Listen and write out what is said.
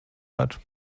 hat